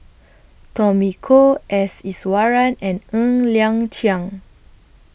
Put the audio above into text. Tommy Koh S Iswaran and Ng Liang Chiang